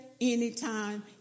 anytime